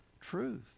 truth